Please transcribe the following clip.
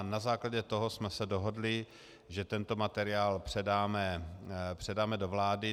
Na základě toho jsme se dohodli, že tento materiál předáme do vlády.